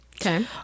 Okay